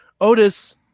Otis